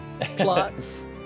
plots